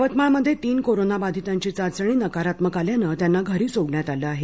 यवतमाळमध्ये तीन कोरोना बाधितांची चाचणी नकारात्मक आल्याने त्यांना घरी सोडण्यात आलं आहे